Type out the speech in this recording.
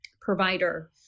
provider